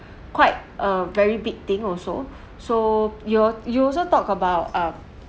quite a very big thing also so you you also talk about uh